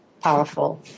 powerful